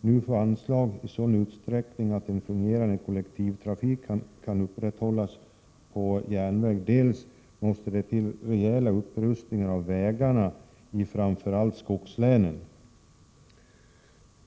nu få anslag i sådan utsträckning att en fungerande kollektivtrafik kan upprätthållas på järnväg, dels måste det till rejäla upprustningar av vägarna i framför allt skogslänen.